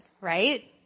right